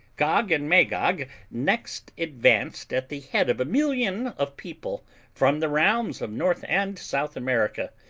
gog and magog next advanced at the head of a million of people from the realms of north and south america,